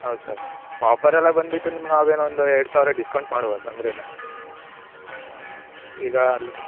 ಹೌದು ಸರ್ ಆಪರೆಲ್ಲ ಬಂದಬಿಟ್ಟು ನಿಮ್ಗೆ ನಾವೇನೋ ಒಂದು ಎರಡು ಸಾವಿರ ಡಿಸ್ಕೌಂಟ್ ಮಾಡ್ಬೋದು ತೊಂದ್ರೆಲ್ಲ ಹಾಂ ಈಗ ಅಲ್ಲಿ